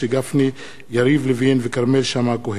לוין וכרמל שאמה-הכהן.